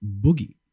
Boogie